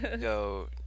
go